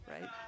right